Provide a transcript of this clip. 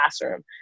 classroom